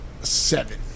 seven